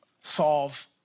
solve